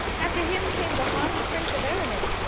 after him came the haughty prince of arragon,